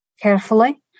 carefully